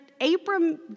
Abram